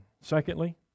Secondly